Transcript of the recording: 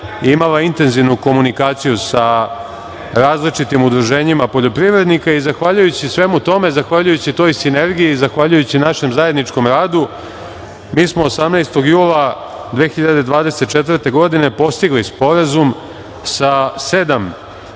imala intenzivnu komunikaciju sa različitim udruženjima poljoprivrednika i zahvaljujući svemu tome, zahvaljujući toj sinergiji, zahvaljujući našem zajedničkom radu, mi smo 18. jula 2024. godine postigli sporazum sa sedam